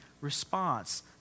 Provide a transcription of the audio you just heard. response